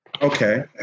Okay